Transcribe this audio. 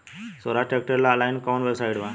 सोहराज tractor ला online कोउन website बा?